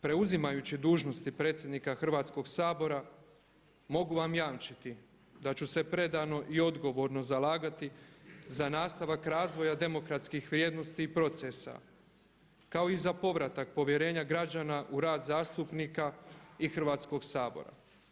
Preuzimajući dužnosti predsjednika Hrvatskog sabora mogu vam jamčiti da ću se predano i odgovorno zalagati za nastavak razvoja demokratskih vrijednosti i procesa kao i za povratak povjerenja građana u rad zastupnika i Hrvatskog sabora.